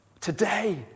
Today